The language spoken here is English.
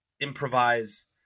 improvise